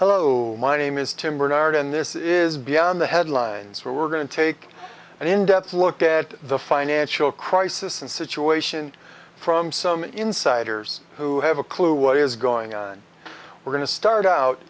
hello my name is tim barnard and this is beyond the headlines we're going to take an in depth look at the financial crisis and situation from some insiders who have a clue what is going on we're going to start out